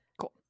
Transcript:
Cool